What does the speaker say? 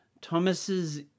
Thomas's